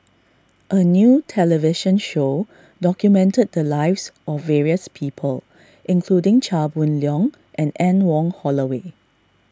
a new television show documented the lives of various people including Chia Boon Leong and Anne Wong Holloway